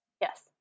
Yes